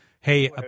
hey